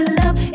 love